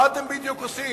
מה בדיוק אתם עושים?